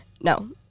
No